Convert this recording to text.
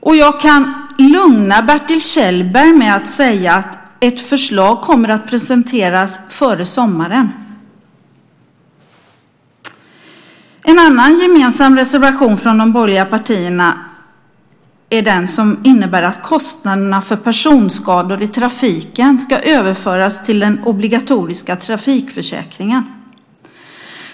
Och jag kan lugna Bertil Kjellberg med att säga att ett förslag kommer att presenteras före sommaren. En annan gemensam reservation från de borgerliga partierna är den som innebär att kostnaderna för personskador i trafiken ska överföras till den obligatoriska trafikförsäkringen.